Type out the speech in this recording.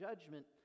judgment